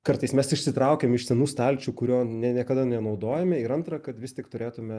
kartais mes išsitraukiam iš senų stalčių kurio ne niekada nenaudojame ir antra kad vis tik turėtume